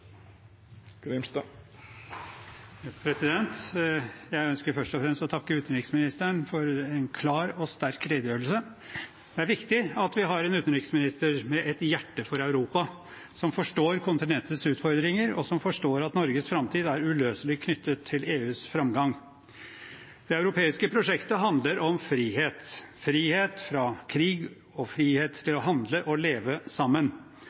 Jeg ønsker først og fremst å takke utenriksministeren for en klar og sterk redegjørelse. Det er viktig at vi har en utenriksminister med et hjerte for Europa, som forstår kontinentets utfordringer, og som forstår at Norges framtid er uløselig knyttet til EUs framgang. Det europeiske prosjektet handler om frihet – frihet fra krig og frihet til å handle og leve sammen.